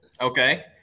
Okay